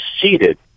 seated